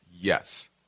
yes